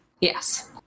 Yes